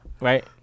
right